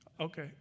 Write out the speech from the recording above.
Okay